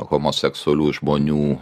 homoseksualių žmonių